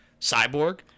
Cyborg